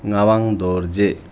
Nawang Dorje